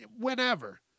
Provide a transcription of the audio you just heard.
whenever